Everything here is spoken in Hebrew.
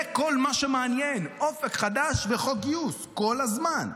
זה כל מה שמעניין, אופק חדש וחוק גיוס כל הזמן.